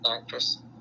actress